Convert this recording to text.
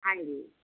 ਹਾਂਜੀ